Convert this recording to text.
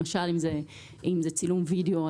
אם למשל זה צילום וידאו,